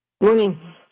Morning